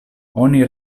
oni